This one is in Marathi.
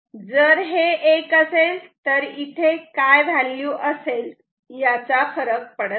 जर हे 1 असेल तर इथे काय व्हॅल्यू असेल याचा फरक पडत नाही